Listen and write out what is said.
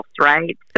right